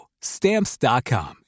stamps.com